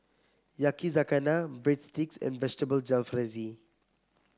Yakizakana Breadsticks and Vegetable Jalfrezi